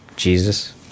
Jesus